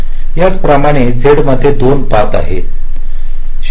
त्याचप्रमाणे z मध्ये 2 पथ आहेत एक 0